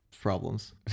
problems